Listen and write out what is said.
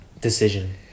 Decision